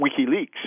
WikiLeaks